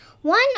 One